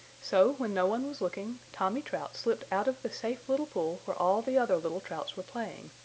so, when no one was looking, tommy trout slipped out of the safe little pool where all the other little trouts were playing.